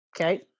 Okay